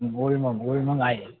gold monk gold monk आहे